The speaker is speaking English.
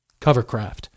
Covercraft